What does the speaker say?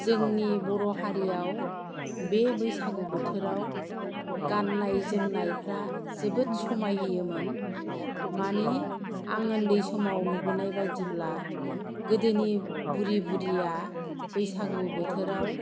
जोंनि बर' हारिआव बे बैसागु बोथोराव गाननाय जोमनायफोरा जोबोद समायहोयोमोन माने आं उन्दै समाव नुबोनाय बायदिब्ला गोदोनि बुरि बुरिआ बैसागु बोथोराव